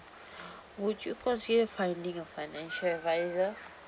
would you consider finding a financial adviser